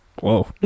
Whoa